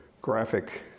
graphic